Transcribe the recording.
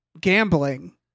gambling